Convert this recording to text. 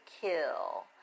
kill